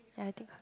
ya I think cause